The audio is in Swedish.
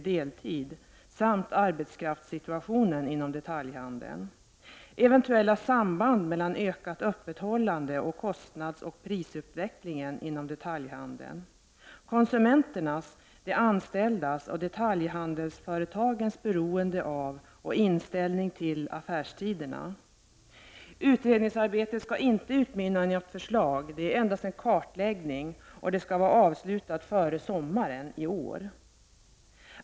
deltid, samt arbetskraftssituationen inom detaljhandeln, eventuella samband mellan ökat öppethållande och kostnadsoch prisutvecklingen inom detaljhandeln samt konsumenternas och de anställdas och detaljhandelsföretagens beroende av och inställning till affärstiderna. Utredningsarbetet skall inte utmynna i något förslag, det är endast en kartläggning. Arbetet skall vara avslutat före sommaren i år.